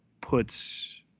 puts